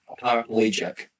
paraplegic